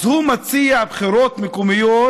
אז הוא מציע בחירות מקומיות,